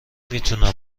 میتونم